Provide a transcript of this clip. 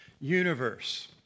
universe